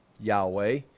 Yahweh